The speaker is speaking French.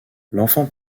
l’enfant